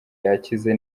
yakize